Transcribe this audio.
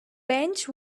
bench